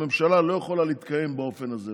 הממשלה לא יכולה להתקיים באופן הזה.